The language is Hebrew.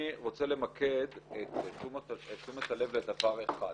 אני רוצה למקד את תשומת הלב בדבר אחד